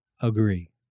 Agree